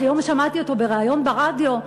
היום שמעתי אותו בריאיון ברדיו,